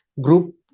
group